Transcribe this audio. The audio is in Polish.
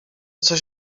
coś